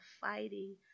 fighting